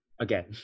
again